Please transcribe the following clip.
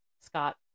scott